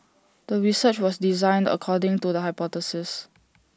the research was designed according to the hypothesis